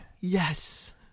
yes